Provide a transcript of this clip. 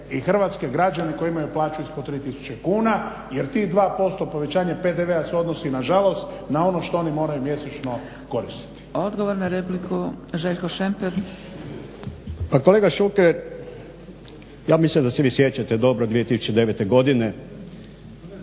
i hrvatske građane koji imaju plaću ispod 3000 kuna jer tih 2% povećanja PDV-a se odnosi nažalost na ono što oni moraju mjesečno koristiti. **Zgrebec, Dragica (SDP)** Odgovor na repliku, Željko Šemper. **Šemper, Željko (HSU)** Pa kolega Šuker, ja mislim da se vi sjećate dobro 2009. godine,